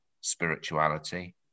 spirituality